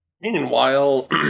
Meanwhile